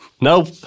Nope